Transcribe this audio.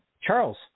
Charles